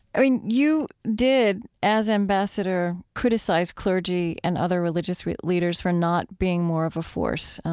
i mean, you did, as ambassador, criticize clergy and other religious leaders for not being more of a force,